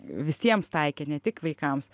visiems taikė ne tik vaikams